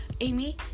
Amy